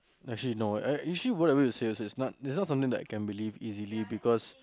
actually no actually what are we serious serious not it's not something that I can believe easily because